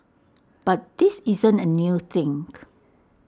but this isn't A new thing